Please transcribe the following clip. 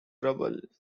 trouble